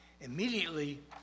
Immediately